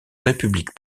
république